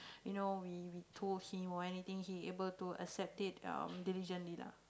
you know we we told him or anything he able to accept it um diligently lah